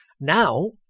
Now